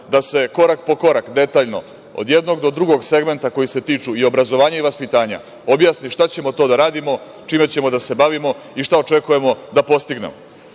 da se korak po korak, detaljno, od jednog do drugog segmenta koji se tiču i obrazovanja i vaspitanja objasni šta ćemo to da radimo, čime ćemo da se bavimo i šta očekujemo da postignemo. Kada